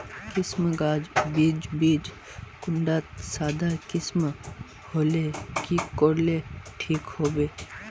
किसम गाज बीज बीज कुंडा त सादा किसम होले की कोर ले ठीक होबा?